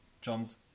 John's